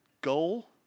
goal